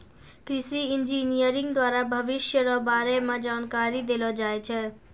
कृषि इंजीनियरिंग द्वारा भविष्य रो बारे मे जानकारी देलो जाय छै